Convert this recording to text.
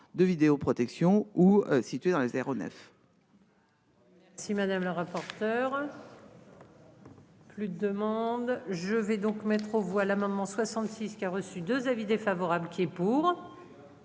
de vidéoprotection ou situé dans les aéronefs.